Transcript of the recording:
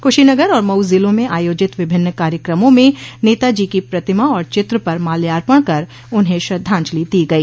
कुशीनगर और मऊ जिले में आयोजित विभिन्न कार्यक्रमों में नेताजी की प्रतिमा और चित्र पर माल्यार्पण कर उन्हें श्रद्वाजलि दी गई